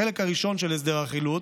החלק הראשון של הסדר החילוט